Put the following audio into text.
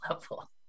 level